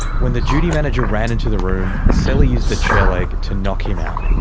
when the duty manager ran into the room, celly used the chair leg to knock him out.